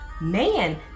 man